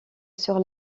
sur